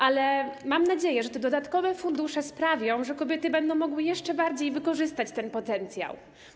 Ale mam nadzieję, że te dodatkowe fundusze sprawią, że kobiety będą mogły jeszcze bardziej wykorzystać ten potencjał.